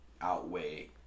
outweigh